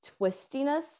twistiness